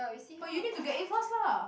but you need to get in first lah